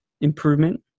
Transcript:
improvement